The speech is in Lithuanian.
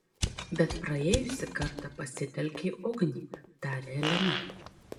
bet praėjusį kartą pasitelkei ugnį tarė elena